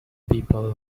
people